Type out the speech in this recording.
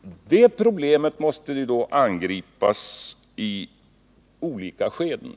Det problemet måste då angripas i olika skeden.